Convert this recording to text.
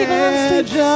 edge